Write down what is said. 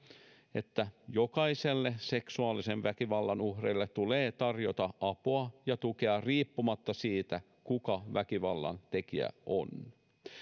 että jokaiselle seksuaalisen väkivallan uhrille tulee tarjota apua ja tukea riippumatta siitä kuka väkivallan tekijä on